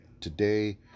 today